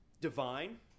divine